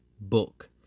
book